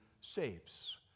saves